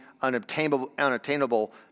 unattainable